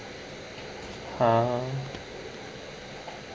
ha